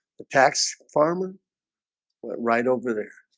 the tax farmer went right over there